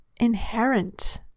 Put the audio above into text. inherent